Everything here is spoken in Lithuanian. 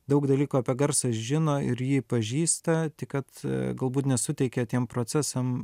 daug dalykų apie garsą žino ir jį pažįsta tik kad galbūt nesuteikia tiem procesam